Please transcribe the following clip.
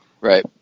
Right